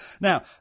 now